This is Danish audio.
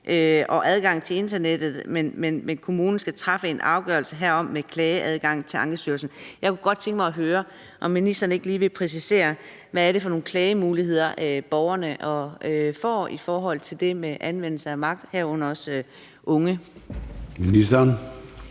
for adgang til internettet, men kommunen skal træffe en afgørelse herom og med klageadgang til Ankestyrelsen. Jeg kunne godt tænke mig at høre, om ministeren ikke lige vil præcisere, hvad det er for nogle klagemuligheder, borgerne, herunder unge, får i forhold til det med anvendelse af magt. Kl. 01:03 Formanden (Søren